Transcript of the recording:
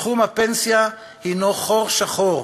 תחום הפנסיה הנו חור שחור.